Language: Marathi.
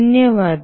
धन्यवाद